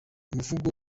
umuvugo